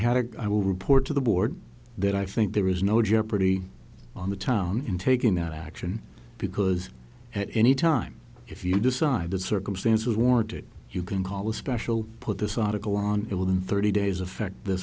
had a i will report to the board that i think there is no jeopardy on the town in taking that action because at any time if you decide the circumstances warrant it you can call a special put this article on it within thirty days affect th